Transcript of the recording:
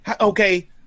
okay